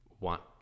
want